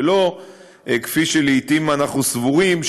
ולא כפי שלעתים אנחנו סבורים,